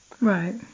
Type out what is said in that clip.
Right